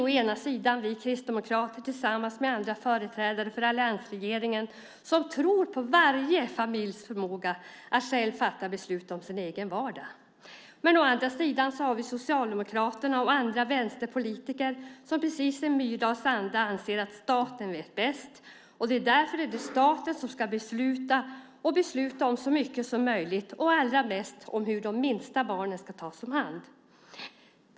Å ena sidan är det vi kristdemokrater som tillsammans med andra företrädare för alliansregeringen tror på varje familjs förmåga att själv fatta beslut om sin egen vardag. Å andra sidan är det Socialdemokraterna och andra vänsterpolitiker som i Myrdals anda anser att staten vet bäst. Det är därför som det är staten som ska besluta och då besluta om så mycket som möjligt och allra mest om hur de minsta barnen ska tas om hand.